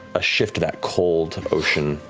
a shift of that cold ocean.